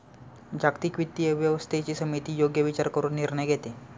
जागतिक वित्तीय व्यवस्थेची समिती योग्य विचार करून निर्णय घेते